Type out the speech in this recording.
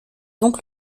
donc